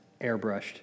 airbrushed